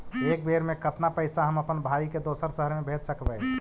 एक बेर मे कतना पैसा हम अपन भाइ के दोसर शहर मे भेज सकबै?